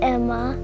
Emma